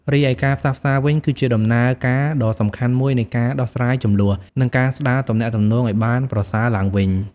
រីឯការផ្សះផ្សាវិញ គឺជាដំណើរការដ៏សំខាន់មួយនៃការដោះស្រាយជម្លោះ និងការស្ដារទំនាក់ទំនងឱ្យបានប្រសើរឡើងវិញ។